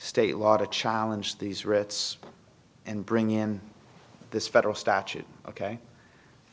state law to challenge these writs and bring in this federal statute ok